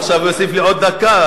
עכשיו הוא יוסיף לי עוד דקה.